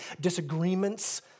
disagreements